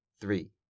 three